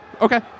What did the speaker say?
Okay